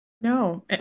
no